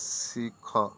ଶିଖ